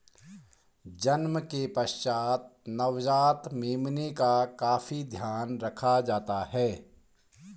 जन्म के पश्चात नवजात मेमने का काफी ध्यान रखा जाता है